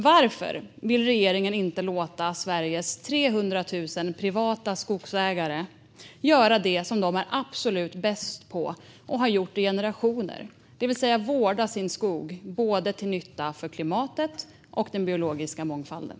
Varför vill regeringen inte låta Sveriges 300 000 privata skogsägare göra det som de är absolut bäst på och har gjort i generationer, det vill säga vårda sin skog till nytta för både klimatet och den biologiska mångfalden?